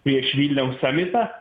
prieš vilniaus samitą